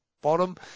bottom